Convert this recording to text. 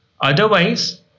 Otherwise